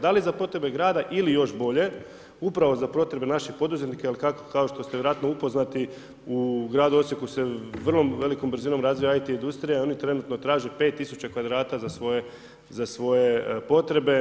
Da li za potrebe grada ili još bolje, upravo za potrebe naših poduzetnika, jer kao što ste vjerojatno upoznati, u gradu Osijeku se vrlo velikom brzinom razvija IT industrija i oni trenutno traže 5000 kvadrata za svoje potrebe.